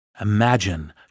Imagine